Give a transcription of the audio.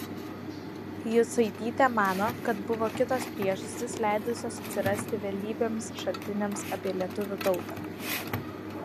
jucaitytė mano kad buvo kitos priežastys leidusios atsirasti vėlybiems šaltiniams apie lietuvių tautą